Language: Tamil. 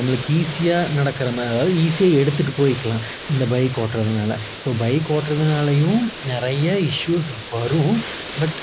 நம்மளுக்கு ஈஸியாக நடக்கிற மாதிரி அதாவது ஈஸியாக எடுத்துகிட்டு போய்க்கலாம் இந்த பைக் ஓட்டுறதுனால ஸோ பைக் ஓட்டுறதுனாலயும் நிறையா இஷ்யூஷ் வரும் பட்